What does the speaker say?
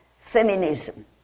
feminism